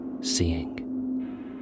seeing